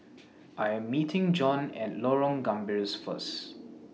I Am meeting Jon At Lorong Gambir First